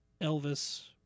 Elvis